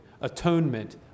atonement